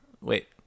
Wait